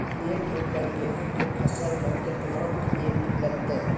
एक एकरऽ गेहूँ के फसल मे केतना डी.ए.पी लगतै?